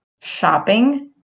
shopping